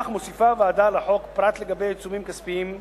כך מוסיפה הוועדה לחוק, פרט לגבי עיצומים כספיים,